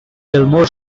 gilmore